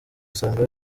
usanga